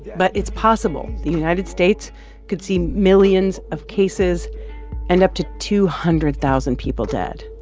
but it's possible the united states could see millions of cases and up to two hundred thousand people dead.